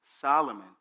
Solomon